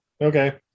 okay